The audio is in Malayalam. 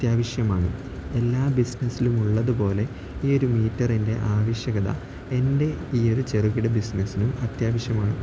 അത്യാവശ്യമാണ് എല്ലാ ബിസിനസ്സിലും ഉള്ളതുപോലെ ഈ ഒരു മീറ്ററിൻ്റെ ആവശ്യകത എൻ്റെ ഈ ഒരു ചെറുകിട ബിസിനസ്സിനും അത്യാവശ്യമാണ്